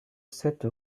sept